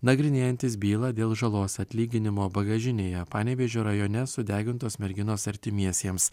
nagrinėjantis bylą dėl žalos atlyginimo bagažinėje panevėžio rajone sudegintos merginos artimiesiems